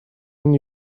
and